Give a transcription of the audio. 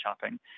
shopping